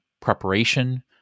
preparation